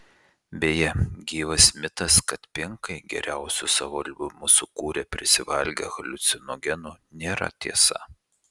beje gyvas mitas kad pinkai geriausius savo albumus sukūrė prisivalgę haliucinogenų nėra tiesa